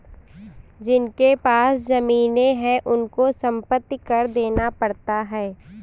जिनके पास जमीने हैं उनको संपत्ति कर देना पड़ता है